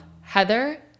Heather